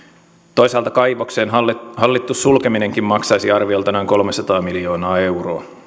toisaalta kaivoksen hallittu sulkeminenkin maksaisi arviolta noin kolmesataa miljoonaa euroa